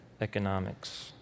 economics